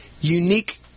unique